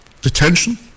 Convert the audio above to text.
detention